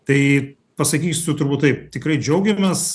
tai pasakysiu turbūt taip tikrai džiaugiamės